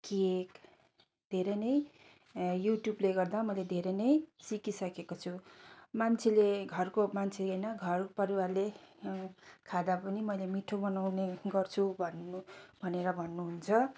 cake धेरै नै युट्युबले गर्दा मैले धेरै नै सिकिसकेको छु मान्छेले घरको मान्छे होइन घर परिवारले खाँदा पनि मैले मिठो बनाउने गर्छु भन्नु भनेर भन्नु हुन्छ